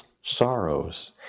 sorrows